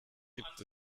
gibt